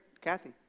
Kathy